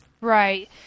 Right